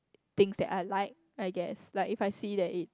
things that I like I guess like if I see there it